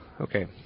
Okay